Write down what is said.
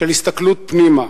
של הסתכלות פנימה.